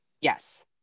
Yes